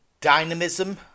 dynamism